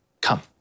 Come